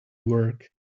work